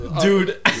Dude